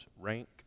rank